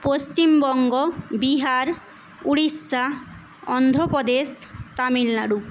Paschimbanga Bihar Orissa Andhra Pradesh Tamil Nadu